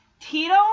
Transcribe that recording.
Tito